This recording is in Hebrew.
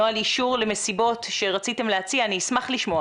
לנוהל אישור למסיבות שרציתם להציע, אני אשמח לשמוע